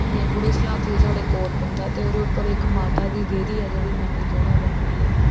इयां गुढ़े स्लाथिया साढ़े कोल पौंदा ऐ ते ओह्दे उप्पर इक माता दी देह्री ऐ जेह्ड़ी नमीं जगाह् बनी दी ऐ